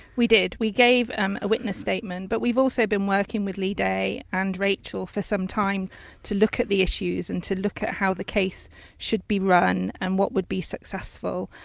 did, we gave and a witness statement but we've also been working with leigh day and rachael for some time to look at the issues and to look at how the case should be run and what would be successful.